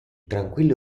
tranquillo